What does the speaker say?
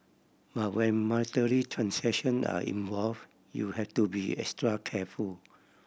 but when monetary transaction are involve you have to be extra careful